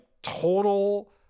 total